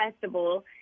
festival